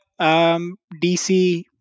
DC